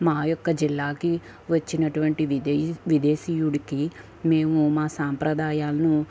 మా యొక్క జిల్లాకి వచ్చినటువంటి విదే విదేశీయుడికి మేము మా సాంప్రదాయాలను